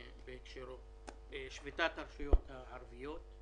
שביתת הרשויות הערביות.